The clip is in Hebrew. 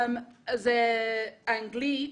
דוברי אנגלית,